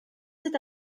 c’est